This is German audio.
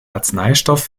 arzneistoff